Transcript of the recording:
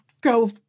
go